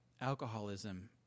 alcoholism